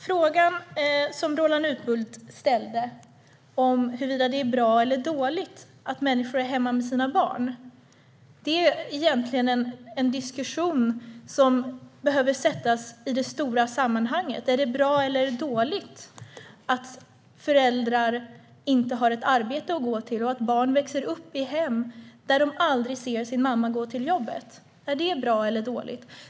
Frågan som Roland Utbult ställde om huruvida det är bra eller dåligt att människor är hemma med sina barn rör egentligen en diskussion som behöver sättas i det stora sammanhanget. Är det bra eller är det dåligt att föräldrar inte har ett arbete att gå till och att barn växer upp i hem där de aldrig ser sin mamma gå till jobbet? Är det bra eller dåligt?